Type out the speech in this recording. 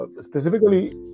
specifically